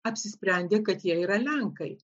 apsisprendė kad jie yra lenkai